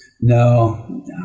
No